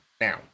now